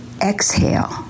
exhale